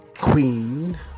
queen